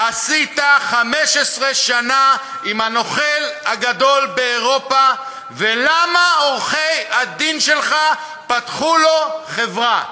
עשית 15 שנה עם הנוכל הגדול באירופה ולמה עורכי-הדין שלך פתחו לו חברה?